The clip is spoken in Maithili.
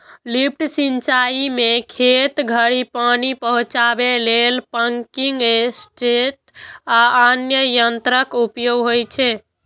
लिफ्ट सिंचाइ मे खेत धरि पानि पहुंचाबै लेल पंपिंग सेट आ अन्य यंत्रक उपयोग होइ छै